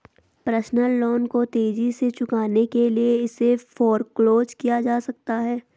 personal loan को तेजी से चुकाने के लिए इसे फोरक्लोज किया जा सकता है